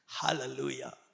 Hallelujah